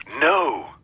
No